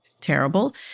terrible